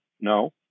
No